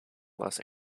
los